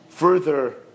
Further